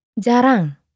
Jarang